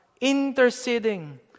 interceding